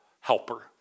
helper